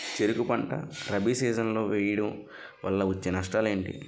చెరుకు పంట రబీ సీజన్ లో వేయటం వల్ల వచ్చే నష్టాలు ఏంటి?